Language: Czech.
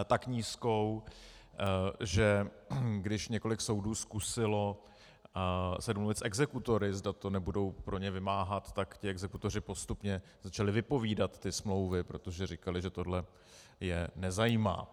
Tak nízkou, že když několik soudů zkusilo se domluvit s exekutory, zda to nebudou pro ně vymáhat, tak ti exekutoři postupně začali vypovídat ty smlouvy, protože říkali, že tohle je nezajímá.